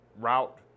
route